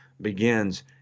begins